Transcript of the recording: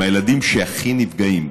הם הילדים שהכי נפגעים.